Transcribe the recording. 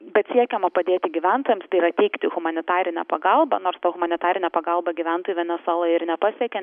bet siekiama padėti gyventojams tai yra teikti humanitarinę pagalbą nors ta humanitarinė pagalba gyventojų venesueloj ir nepasiekia